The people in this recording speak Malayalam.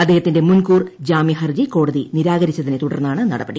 അദ്ദേഹത്തിന്റെ മുൻകൂർ ജാമ്യഹർജി കോടതി നിരാകരിച്ചതിനെ തുടർന്നാണ് നടപടി